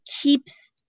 keeps